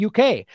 UK